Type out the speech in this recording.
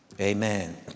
amen